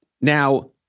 Now